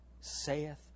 saith